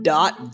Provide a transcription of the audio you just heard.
Dot